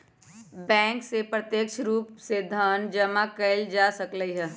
bank से प्रत्यक्ष रूप से धन जमा एइल जा सकलई ह